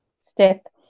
step